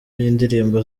y’indirimbo